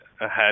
ahead